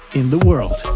in the world.